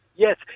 Yes